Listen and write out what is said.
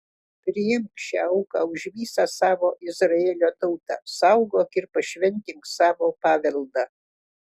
priimk šią auką už visą savo izraelio tautą saugok ir pašventink savo paveldą